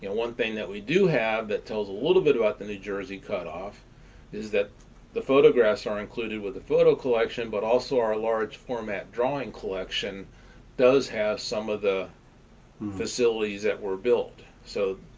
one thing that we do have that tells a little bit about the new jersey cut-off is that the photographs are included with the photo collection, but also our large format drawing collection does have some of the facilities that were built. so,